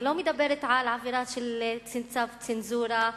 אני לא מדברת על עבירה של צו צנזורה,